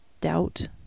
doubt